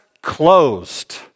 Closed